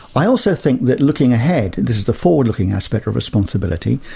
i also think that looking ahead, and this is the forward-looking aspect of responsibility,